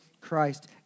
Christ